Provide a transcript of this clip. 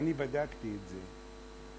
ואני בדקתי את זה: